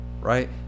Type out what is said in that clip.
right